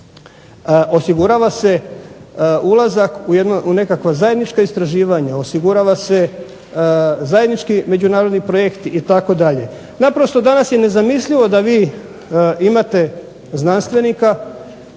Osigurava se ulazak u nekakva zajednička istraživanja. Osigurava se zajednički međunarodni projekt itd. Naprosto danas je nezamislivo da vi imate znanstvenika,